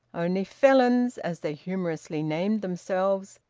only felons, as they humorously named themselves,